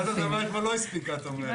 רעידת אדמה אתמול לא הספיקה, את אומרת.